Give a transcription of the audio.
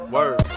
Word